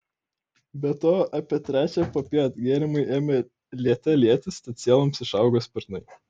be to apie trečią popiet gėrimai ėmė liete lietis tad sieloms išaugo sparnai